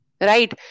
Right